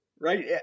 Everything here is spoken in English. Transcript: right